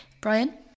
Brian